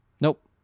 Nope